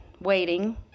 waiting